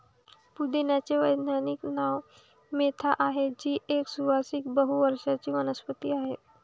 पुदिन्याचे वैज्ञानिक नाव मेंथा आहे, जी एक सुवासिक बहु वर्षाची वनस्पती आहे